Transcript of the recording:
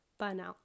burnout